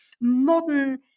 modern